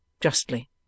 justly